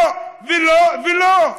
לא ולא ולא.